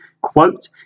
quote